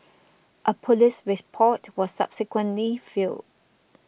a police report was subsequently filed